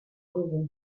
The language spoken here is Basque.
dugu